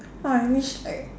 I wish like